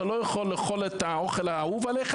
אתה לא יכול לאכול את האוכל האהוב עליך